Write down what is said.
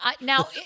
Now